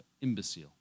imbecile